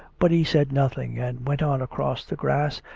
but he said nothing, and went on across the grass,